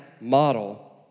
model